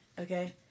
okay